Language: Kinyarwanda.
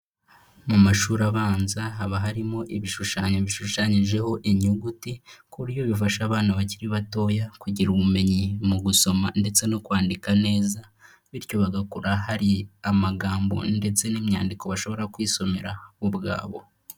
Mu mashuri abanza haba harimo ibishushanyo bishushanyijeho inyuguti ku buryo bifasha abana bakiri batoya kugira ubumenyi mu gusoma ndetse no kwandika neza, bityo bagakura hari amagambo ndetse n'imyandiko bashobora kwisomera bo ubwabo.